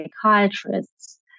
psychiatrists